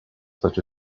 such